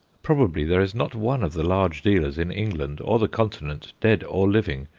probably there is not one of the large dealers, in england or the continent, dead or living,